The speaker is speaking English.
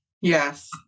Yes